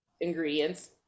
ingredients